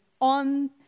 on